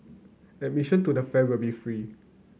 admission to the fair will be free